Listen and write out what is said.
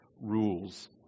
rules